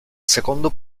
secondo